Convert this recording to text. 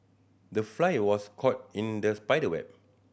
the fly was caught in the spider web